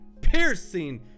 piercing